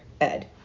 Ed